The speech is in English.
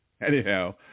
Anyhow